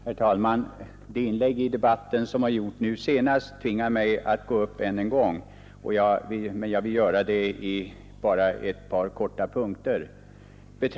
Herr talman! De inlägg i debatten som har gjorts nu senast tvingar mig att gå upp än en gång för att göra ett par korta kommentarer.